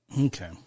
Okay